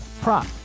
prop